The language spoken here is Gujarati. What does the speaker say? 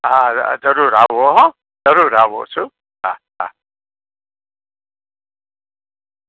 હા જરૂર આવો હઁ જરૂર આવો શું હા હા